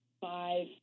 five